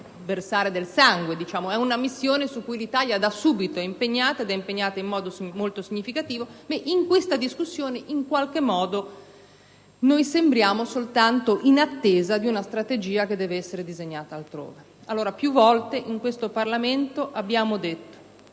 versare del sangue; è una missione su cui l'Italia da subito si è impegnata in modo molto significativo; eppure in questa discussione sembriamo soltanto in attesa di una strategia che deve essere disegnata altrove. Più volte in questo Parlamento abbiamo detto